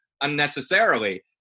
unnecessarily